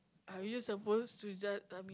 are you supposed to just I mean